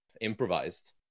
improvised